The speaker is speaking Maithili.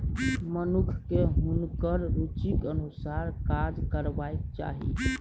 मनुखकेँ हुनकर रुचिक अनुसारे काज करबाक चाही